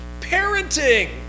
parenting